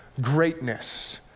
greatness